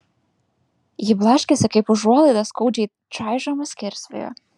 ji blaškėsi kaip užuolaida skaudžiai čaižoma skersvėjo